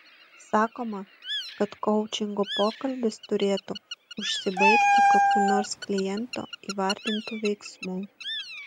sakoma kad koučingo pokalbis turėtų užsibaigti kokiu nors kliento įvardintu veiksmu